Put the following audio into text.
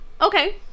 okay